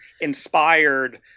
inspired